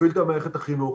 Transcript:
נפעיל את מערכת החינוך,